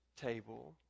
table